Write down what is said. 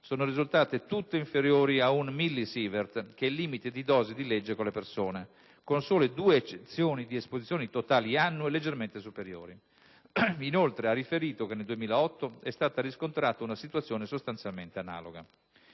sono risultate tutte inferiori a un milliSievert (che è il limite di dose di legge per le persone), con sole due eccezioni di esposizioni totali annue leggermente superiori. Inoltre, ha riferito che nel 2008 è stata riscontrata una situazione sostanzialmente analoga.